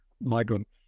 Migrants